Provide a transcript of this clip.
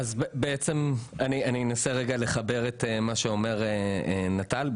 אני אנסה לחבר את מה שאומר נט"ל.